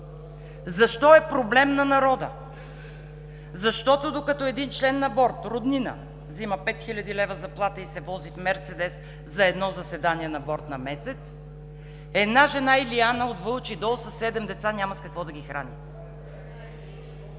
Защо е проблем на народа? Защото, докато един член на борд роднина взима 5000 лева заплата и се вози в мерцедес за едно заседание на борд на месец, една жена – Илияна от Вълчи дол със седем деца, няма с какво да ги храни.